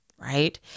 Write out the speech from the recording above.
Right